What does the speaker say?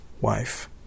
wife